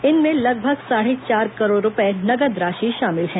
इनमें लगभग साढ़े चार करोड़ रूपए नकद राशि शामिल है